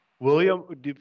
William